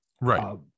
Right